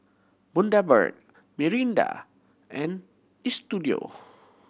Bundaberg Mirinda and Istudio